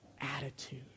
attitude